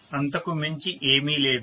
అంతకు మించి ఏమీ లేదు